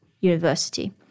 university